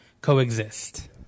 coexist